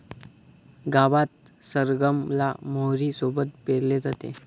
गावात सरगम ला मोहरी सोबत पेरले जाते